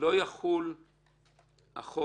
לא יחול אחורה,